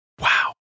Wow